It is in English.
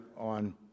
on